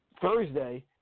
Thursday